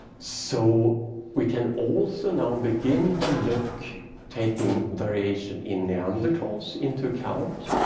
so we can also now begin to look taking variation in neanderthals into account.